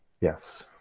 yes